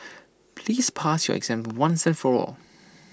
please pass your exam once and for all